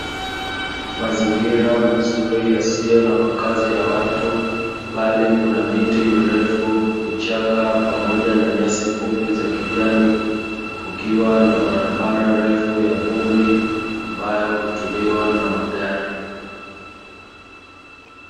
Mazingira mazuri yasiyo na makazi ya watu, bali kuna miti mirefu, vichaka pamoja na nyasi fupi za kijani, kukiwa na barabara refu ya vumbi ambayo hutumiwa na magari.